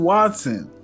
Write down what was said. Watson